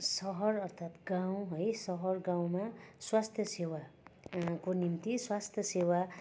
सहर अर्थात् गाउँ है सहर गाउँमा स्वास्थ्य सेवा को निम्ति स्वास्थ्य सेवा